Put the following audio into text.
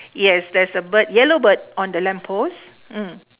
yes there's a bird yellow bird on the lamp post mm